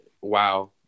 wow